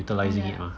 oh ya